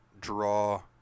draw